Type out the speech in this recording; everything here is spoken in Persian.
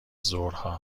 ظهرها